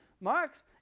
Marx